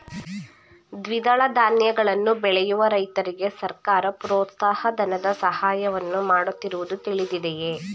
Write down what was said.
ದ್ವಿದಳ ಧಾನ್ಯಗಳನ್ನು ಬೆಳೆಯುವ ರೈತರಿಗೆ ಸರ್ಕಾರ ಪ್ರೋತ್ಸಾಹ ಧನದ ಸಹಾಯವನ್ನು ಮಾಡುತ್ತಿರುವುದು ತಿಳಿದಿದೆಯೇ?